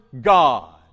God